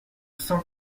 cent